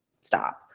stop